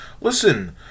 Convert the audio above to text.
Listen